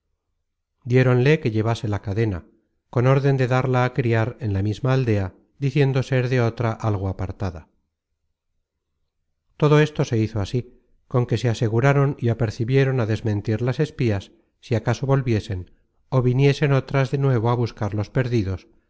vivia diéronle que llevase la cadena con órden de darla á criar en la misma aldea diciendo ser de otra algo apartada todo esto se hizo así con que se aseguraron y apercibieron á desmentir las espías si acaso volviesen ó viniesen otras de nuevo á buscar los perdidos